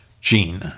gene